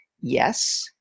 yes